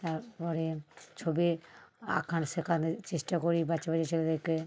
তারপরে ছবি আঁকান শেখানোর চেষ্টা করি বাচ্চা বাচ্চা ছেলেদেরকে